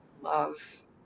love